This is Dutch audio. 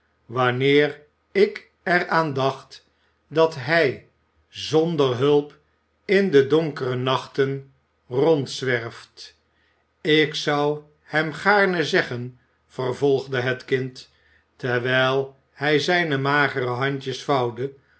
wanneer ik er aan dacht dat hij zonder hulp in de donkere nachten rondzwerft ik zou hem gaarne zeggen vervolgde het kind terwijl hij zijne magere handjes